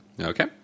Okay